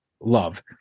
love